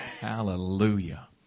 Hallelujah